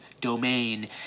domain